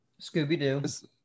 Scooby-Doo